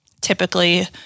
typically